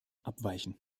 abweichen